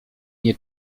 nie